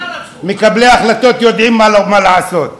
רצחו, מקבלי ההחלטות יודעים מה לעשות.